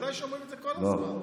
בוודאי שאומרים את זה, כל הזמן.